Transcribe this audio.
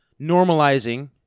normalizing